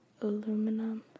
aluminum